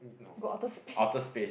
go outer space